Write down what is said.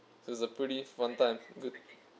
so it's a pretty fun time good